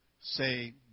say